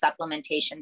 supplementation